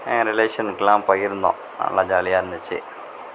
ரிலேஷனுக்கெல்லாம் பகிர்ந்தோம் நல்லா ஜாலியாக இருந்துச்சு